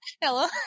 Hello